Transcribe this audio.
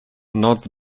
noc